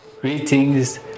Greetings